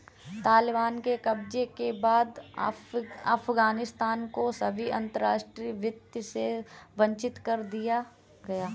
तालिबान के कब्जे के बाद अफगानिस्तान को सभी अंतरराष्ट्रीय वित्त से वंचित कर दिया गया